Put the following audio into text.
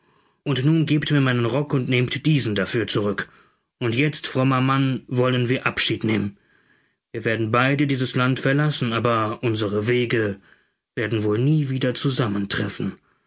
und nun gebt mir meinen rock und nehmt diesen dafür zurück und jetzt frommer vater wollen wir abschied nehmen wir werden beide dieses land verlassen aber unsere wege werden wohl nie wieder zusammentreffen